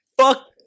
Fuck